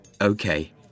Okay